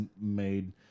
made